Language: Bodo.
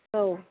औ